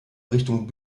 richtung